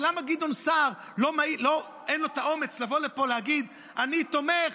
למה לגדעון סער אין האומץ לבוא לפה ולהגיד: אני תומך,